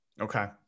Okay